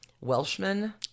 Welshman